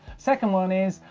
second one is,